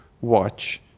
watch